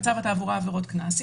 בצו התעבורה עבירות קנס,